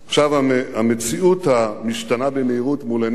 המציאות המשתנה במהירות מול עינינו